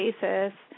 basis